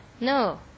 No